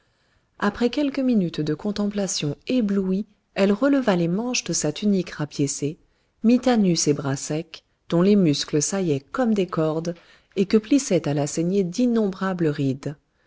après quelques minutes de contemplation éblouie elle releva les manches de sa tunique rapiécée mit à nu ses bras secs dont les muscles saillaient comme des cordes et que plissaient à la saignée d'innombrables rides